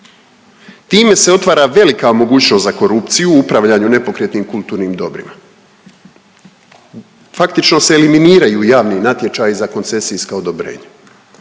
Time se otvara velika mogućnost za korupciju u upravljanju nepokretnim kulturnim dobrima. Faktično se eliminiraju javni natječaji za koncesijska odobrenja,